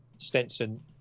Stenson